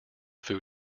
food